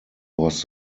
was